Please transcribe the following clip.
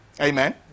Amen